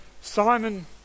Simon